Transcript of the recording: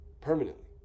permanently